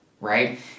right